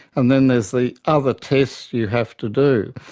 and then there's the other test you have to do.